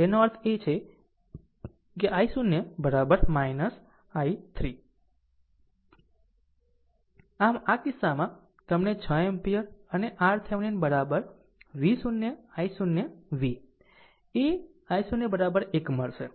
તેનો અર્થ છે i0 i 3 આમ આ કિસ્સામાં તમને 6 એમ્પીયર અને RThevenin V0 i0 V એ i0 1 મળશે